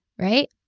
right